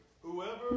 Whoever